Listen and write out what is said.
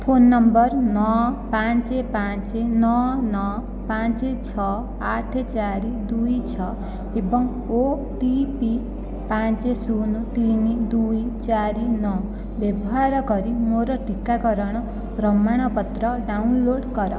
phone number ନଅ ପାଞ୍ଚ ପାଞ୍ଚ ନଅ ନଅ ପାଞ୍ଚ ଛଅ ଆଠ ଚାରି ଦୁଇ ଛଅ ଏବଂ ଓ ଟି ପି ପାଞ୍ଚ ଶୂନ ତିନି ଦୁଇ ଚାରି ନଅ ବ୍ୟବହାର କରି ମୋର ଟିକାକରଣ ପ୍ରମାଣପତ୍ର ଡାଉନଲୋଡ଼୍ କର